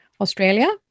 Australia